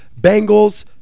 Bengals